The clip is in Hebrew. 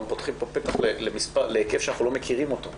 פותחים פה פתח להיקף שאנחנו לא מכירים אותו,